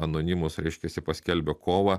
anonimus reiškiasi paskelbė kovą